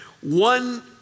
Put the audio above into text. one